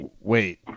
Wait